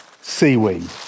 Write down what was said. seaweed